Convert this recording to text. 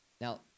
Now